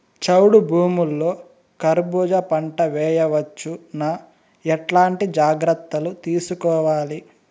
చౌడు భూముల్లో కర్బూజ పంట వేయవచ్చు నా? ఎట్లాంటి జాగ్రత్తలు తీసుకోవాలి?